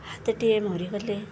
ହାତୀଟିଏ ମରି ଗଲେ